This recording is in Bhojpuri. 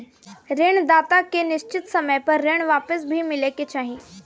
ऋण दाता के निश्चित समय पर ऋण वापस भी मिले के चाही